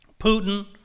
Putin